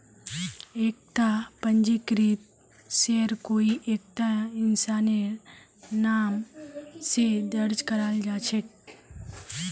एकता पंजीकृत शेयर कोई एकता इंसानेर नाम स दर्ज कराल जा छेक